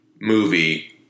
movie